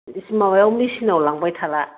माबायाव मेसिनाव लांबाय थाला